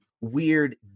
weird